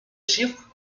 chiffres